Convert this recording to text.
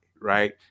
right